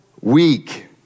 weak